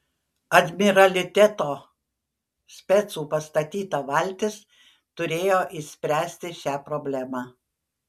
admiraliteto specų pastatyta valtis turėjo išspręsti šią problemą